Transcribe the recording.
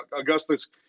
Augustus